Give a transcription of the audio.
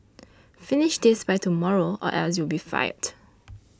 finish this by tomorrow or else you'll be fired